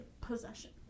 possession